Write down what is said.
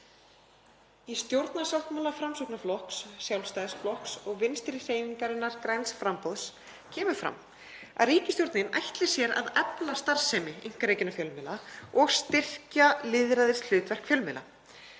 Í stjórnarsáttmála Framsóknarflokks, Sjálfstæðisflokks og Vinstrihreyfingarinnar – græns framboðs kemur fram að ríkisstjórnin ætli sér að efla starfsemi einkarekinna fjölmiðla og styrkja lýðræðishlutverk fjölmiðla.